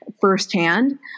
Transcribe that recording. firsthand